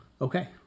okay